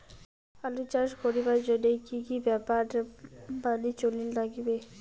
আলু চাষ করিবার জইন্যে কি কি ব্যাপার মানি চলির লাগবে?